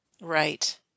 Right